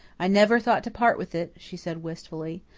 i never thought to part with it, she said wistfully,